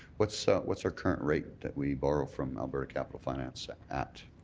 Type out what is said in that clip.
what's so what's our current rate that we borrow from alberta capital finance at?